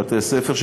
בבתי-ספר,